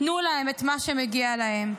תנו להם את מה שמגיע להם,